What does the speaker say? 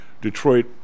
Detroit